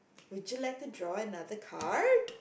would you like to draw another card